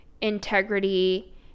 integrity